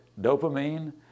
dopamine